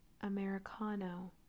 Americano